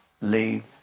leave